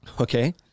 Okay